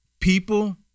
People